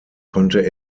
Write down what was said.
konnte